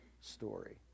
story